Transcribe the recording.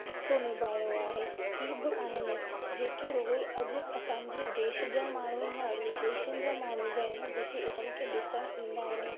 हिसो निभायो आहे ही बि आहिनि जेके रुॻो ई अॼु असांजे देश जा माण्हू ई न विदेशनि जा माण्हू बि आहिनि जेके इन्हनि खे ॾिसण ईंदा आहिनि